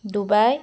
Dubai